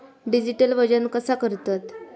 Digital वजन कसा करतत?